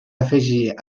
afegir